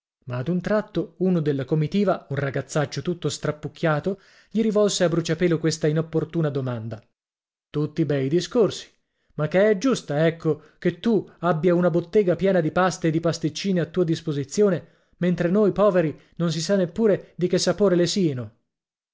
ma ad un tratto uno della comitiva un ragazzaccio tutto strappucchiato gli rivolse a bruciapelo questa inopportuna domanda tutti bei discorsi ma che è giusta ecco che tu abbia una bottega piena di paste e di pasticcini a tua disposizione mentre noi poveri non si sa neppure di che sapore